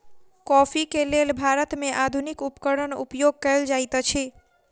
coffee के लेल भारत में आधुनिक उपकरण उपयोग कएल जाइत अछि